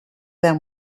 them